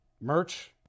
merch